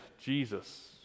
Jesus